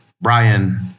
Brian